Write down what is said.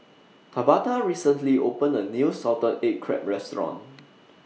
Tabatha recently opened A New Salted Egg Crab Restaurant